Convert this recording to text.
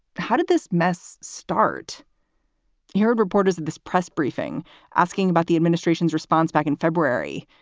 how did this mess start here? reporters at this press briefing asking about the administration's response back in february.